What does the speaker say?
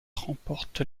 remporte